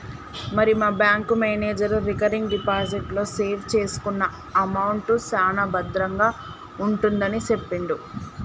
మరి మా bank manager recurring deposit లో సేవ్ చేసుకున్న అమౌంట్ సాన భద్రంగా ఉంటుందని సెప్పిండు